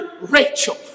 Rachel